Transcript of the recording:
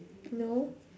no